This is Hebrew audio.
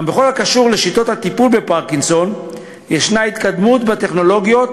גם בכל הקשור לשיטות הטיפול בפרקינסון ישנה התקדמות בטכנולוגיות,